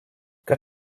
got